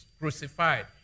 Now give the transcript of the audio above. crucified